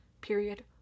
period